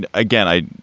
and again, i